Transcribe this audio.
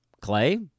Clay